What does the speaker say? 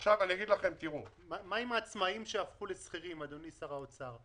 מה עם עצמאים שהפכו לשכירים, אדוני שר האוצר?